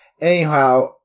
Anyhow